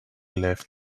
left